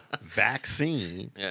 vaccine